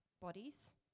bodies